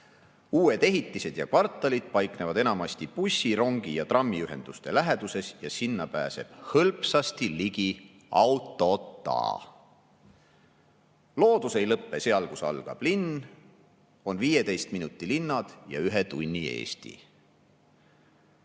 Uued ehitised ja kvartalid paiknevad enamasti bussi-, rongi- ja trammiühenduste läheduses ja sinna pääseb hõlpsalt ligi autota. [‑‑‑] Loodus ei lõppe seal, kus algab linn. [‑‑‑] On 15 minuti linnad ja ühe tunni Eesti."